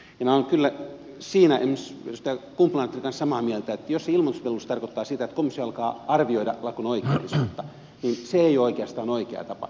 minä olen kyllä siinä esimerkiksi edustaja kumpula natrin kanssa samaa mieltä että jos se ilmoitusvelvollisuus tarkoittaa sitä että komissio alkaa arvioida lakon oikeellisuutta niin se ei ole oikeastaan oikea tapa